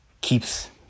keeps